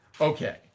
Okay